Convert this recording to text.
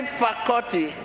faculty